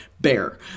bear